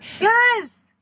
yes